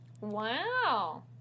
Wow